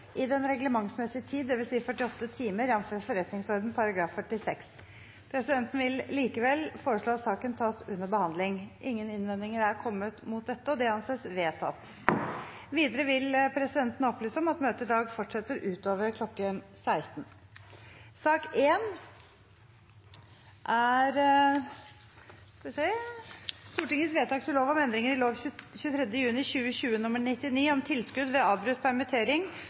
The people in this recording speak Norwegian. i den reglementsmessige tid, dvs. 48 timer, jf. forretningsordenens § 46. Presidenten vil likevel foreslå at saken tas under behandling. – Ingen innvendinger er kommet mot dette, og det anses vedtatt. Videre vil presidenten opplyse om at møtet i dag fortsetter utover kl. 16. Jeg vil på vegne av Høyre, Fremskrittspartiet, Venstre og Kristelig Folkeparti levere inn forslag til